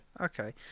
Okay